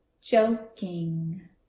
joking